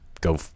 go